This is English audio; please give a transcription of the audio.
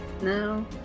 No